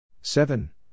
seven